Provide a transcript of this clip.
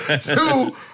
Two